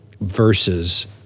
versus